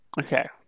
Okay